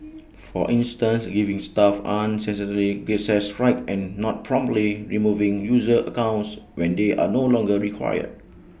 for instance giving staff unnecessary access rights and not promptly removing user accounts when they are no longer required